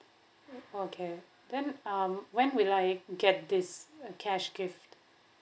okay then um when will I get this uh cash gift